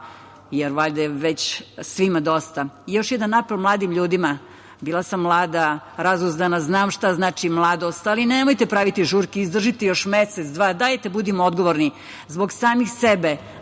Valjda je već svima dosta. Još jedan apel mladim ljudima. Bila sam mlada, razuzdana, znam šta znači mladost, ali nemojte praviti žurke. Izdržite još mesec, dva dana. Dajte, budimo odgovorni, zbog samih sebe,